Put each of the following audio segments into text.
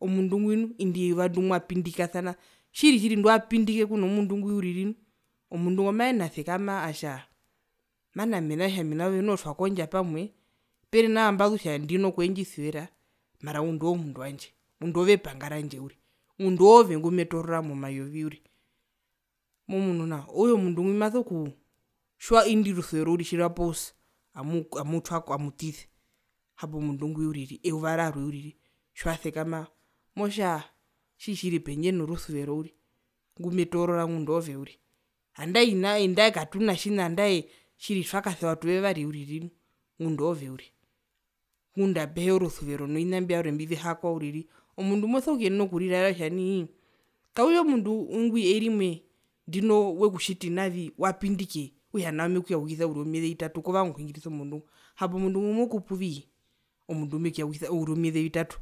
Omundu ngwi nu inde yuva ndimwapindikasana tjiri tjiri ndiwapindike kuno mundu ngwi uriri omundu ngo maenene asekama atja mana mena rokutja ami naove noho twakondja pamwe peri nawa mbazuu kutja ndino kwendjisuvera mara ngunda oove omundu wandje ngunda oove epanga randje uriri ngunda oove ngumetoorora momayovi uriri momunu nao okutja omundu ngo maso kuu tjiwa indi orusuvero uriri tjirwa pause amu amutwako amutiza hapo mundu ngwi uriri eyuva rarwe tjiwasekama motja tjiri tjiri pendje norusuvero uriri ngumetoorora ngunda oove uriri andae hina andae katuna tjina andae tjiri twakasewa tuvevari uriri ngunda oove uriri ngunda apeheya orusuvero novina imbio vyarwe mbivihakwa omundu moso kuyenena okuriraera kutja nai kakutja omundu ngwi oiri imwe ndino wekutjiti navi wapindike okutja nao mekuyaukisa oure womyeze vitatu kovanga okuhingirisa omundu ngo hapo mundu ngo mokupuvii hapo mundu ngumekuyaukisa omyeze vitatu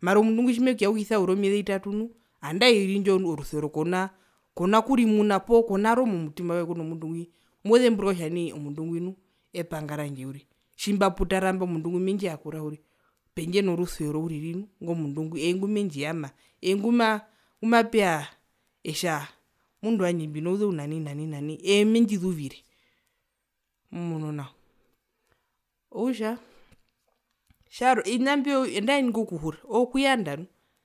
mara omundu ngo tjimekuyaukisa oure womyeze vitatu nu handae orusuvero kona kurumuna poo konaro kuno mundu ngwi mozemburuka kutja nai omundu ngwi nu epanga randje uriri tjimbaputara mba omundu ngwi mendjiyakura uriri pendje norusuvero uriri nu omundu ngwi ee ngumendjiyama eenguma nguma ngumapeya etja mundu wandje mbinouzeu nai na nai eye mendjizuvire momunu nao okutja tjarwe ovina mbio andae ingo kuhura ookuyanda nu.